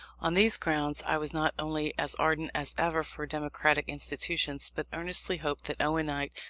on these grounds i was not only as ardent as ever for democratic institutions, but earnestly hoped that owenite,